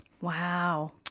Wow